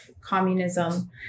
communism